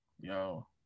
yo